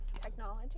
technology